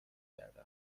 کرده